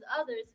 others